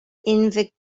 invocation